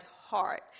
heart